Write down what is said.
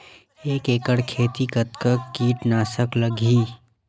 एक एकड़ खेती कतका किट नाशक लगही?